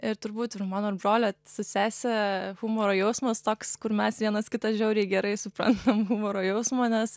ir turbūt ir mano brolio su sese humoro jausmas toks kur mes vienas kitą žiauriai gerai suprantam humoro jausmą nes